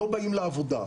ולא באים לעבודה.